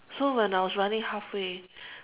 so when I was running halfway